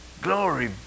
Glory